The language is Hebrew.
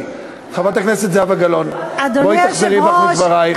חברת הכנסת זהבה גלאון, בואי תחזרי בך מדברייך.